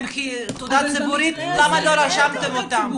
שתעודה ציבורית למה לא רשמתם אותם?